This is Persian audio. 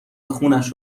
خونش